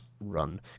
run